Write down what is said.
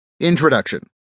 Introduction